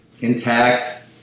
intact